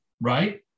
right